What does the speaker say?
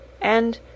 And